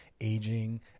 aging